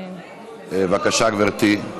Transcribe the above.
בבקשה, גברתי.